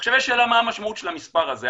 עכשיו, יש שאלה מה המשמעות של המספר הזה?